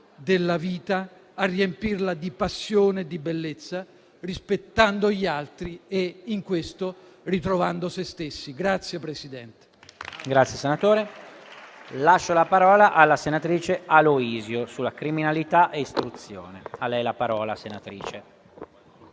della vita e a riempirla di passione e di bellezza, rispettando gli altri e, in questo, ritrovando se stessi.